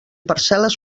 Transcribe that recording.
parcel·les